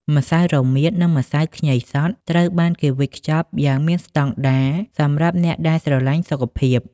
ម្សៅរមៀត និងម្សៅខ្ញីសុទ្ធ ត្រូវបានគេវេចខ្ចប់យ៉ាងមានស្តង់ដារសម្រាប់អ្នកដែលស្រឡាញ់សុខភាព។